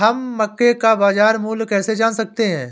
हम मक्के का बाजार मूल्य कैसे जान सकते हैं?